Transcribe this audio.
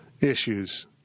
issues